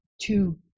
two